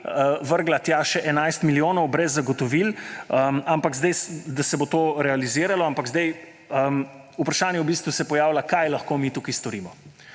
vrgla tja še 11 milijonov brez zagotovil, da se bo to realiziralo. Ampak vprašanje v bistvu se pojavlja, kaj lahko mi tukaj storimo.